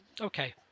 okay